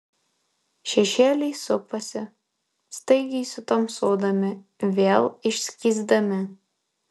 šešėliai supasi staigiai sutamsuodami vėl išskysdami